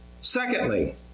Secondly